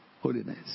holiness